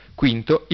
quinto